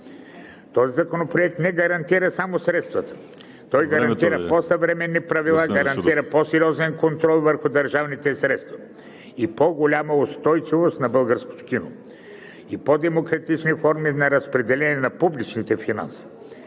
Този законопроект гарантира не само средствата, а той гарантира по съвременни правила, гарантира по-сериозен контрол върху държавните средства, по-голяма устойчивост на българското кино и по-демократични форми на разпределение на публичните финанси.